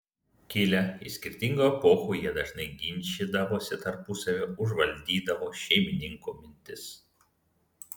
kilę iš skirtingų epochų jie dažnai ginčydavosi tarpusavyje užvaldydavo šeimininko mintis